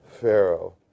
Pharaoh